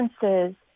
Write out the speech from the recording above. differences